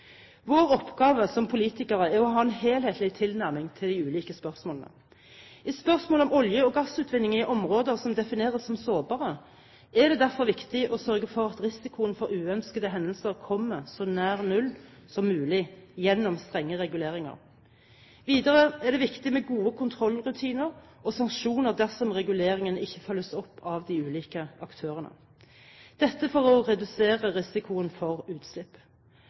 Vår oppgave som politikere er å ha en helhetlig tilnærming til de ulike spørsmålene. I spørsmålet om olje- og gassutvinning i områder som defineres som sårbare, er det derfor viktig å sørge for at risikoen for uønskede hendelser kommer så nær null som mulig gjennom strenge reguleringer. Videre er det viktig med gode kontrollrutiner og sanksjoner dersom reguleringene ikke følges opp av de ulike aktørene, for å redusere risikoen for utslipp.